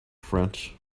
french